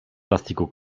plastiku